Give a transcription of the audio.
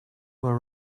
were